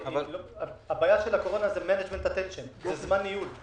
הבעיה של הקורונה זה זמן ניהול.